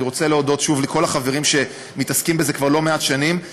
אני רוצה להודות שוב לכל החברים שמתעסקים בזה כבר לא מעט שנים.